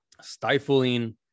stifling